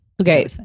okay